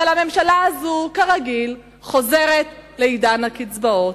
אבל, הממשלה הזאת, כרגיל, חוזרת לעידן הקצבאות.